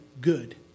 good